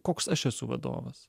koks aš esu vadovas